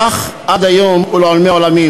כך עד היום ולעולמי-עולמים.